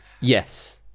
Yes